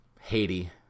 Haiti